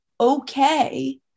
okay